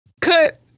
cut